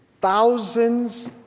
thousands